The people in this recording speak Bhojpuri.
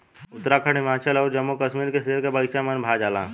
उत्तराखंड, हिमाचल अउर जम्मू कश्मीर के सेब के बगाइचा मन भा जाला